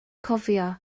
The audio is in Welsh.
cofio